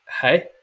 Hey